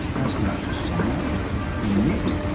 as much as sunlight or meat?